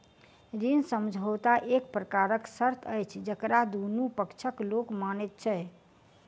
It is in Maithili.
ऋण समझौता एक प्रकारक शर्त अछि जकरा दुनू पक्षक लोक मानैत छै